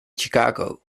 chicago